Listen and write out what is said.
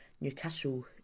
Newcastle